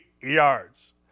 yards